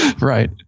Right